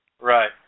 Right